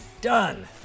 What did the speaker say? done